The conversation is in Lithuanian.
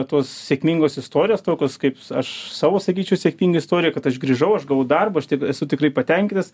tos sėkmingos istorijos tokios kaip aš savo sakyčiau sėkminga istorija kad aš grįžau aš gavau darbą aš taip esu tikrai patenkintas